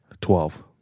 Twelve